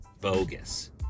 bogus